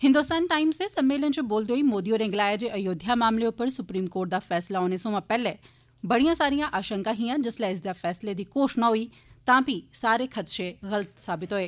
Hindustan Times दे सम्मेलन इच बोलदे होई मोदी होरें गलाया जे अयोध्या मामले उप्पर सुप्रीम कोर्ट दा फैसला औने सोयां पैहले बडियां सारियां आशंका हिया पर जिसलै इसदे फैसले दी घोषणा होई गेई तां पही सारे खद्शे गल्त साबित होए